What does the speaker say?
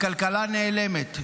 הכלכלה נעלמת.